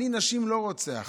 אני נשים לא רוצח,